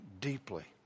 deeply